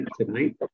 tonight